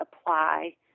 apply